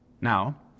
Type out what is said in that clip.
Now